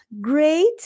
great